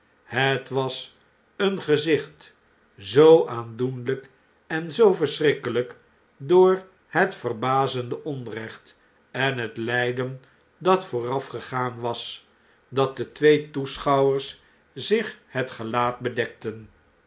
het was een gezicht zoo aandoenlp en zoo verschrikkelijk door het verbazende onrecht en het lijden datvoorafgegaan was dat de twee toeschouwers zich net gelaat bedekten